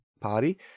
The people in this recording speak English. party